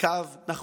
בקו נחוש,